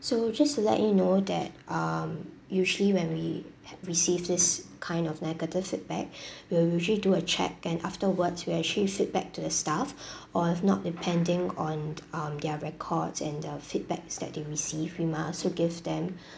so just to let you know that um usually when we receive this kind of negative feedback we'll usually do a check and afterwards we actually feedback to the staff or if not depending on um their records and their feedbacks that they receive we might also give them